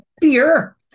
Beer